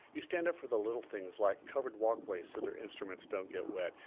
you stand up for the little things like covered walkways, so their instruments don't get wet.